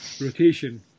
rotation